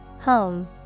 Home